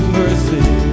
mercy